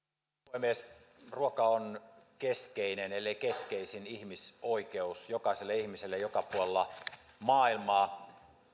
puhemies ruoka on keskeinen ellei keskeisin ihmisoikeus jokaiselle ihmiselle joka puolella maailmaa